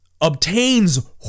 obtains